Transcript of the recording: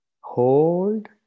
hold